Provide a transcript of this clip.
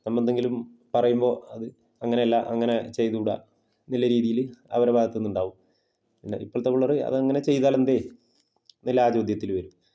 നമ്മള് എന്തെങ്കിലും പറയുമ്പോള് അത് അങ്ങനെയല്ല അങ്ങനെ ചെയ്തുകൂടാ എന്നുള്ള രീതിയില് അവരുടെ ഭാഗത്ത് നിന്നുണ്ടാകും പിന്നെ ഇപ്പോഴത്തെ പിള്ളേര് അതങ്ങനെ ചെയ്താലെന്ത് എന്നുള്ള ആ ചോദ്യത്തില് വരും